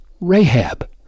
Rahab